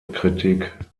kritik